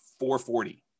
440